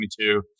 2022